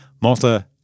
Malta